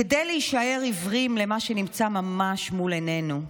כדי להישאר עיוורים למה שנמצא ממש מול עינינו,